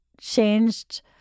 changed